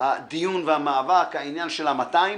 הדיון והמאבק, העניין של ה-200.